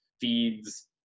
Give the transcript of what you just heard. feeds